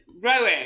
rowing